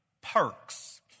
perks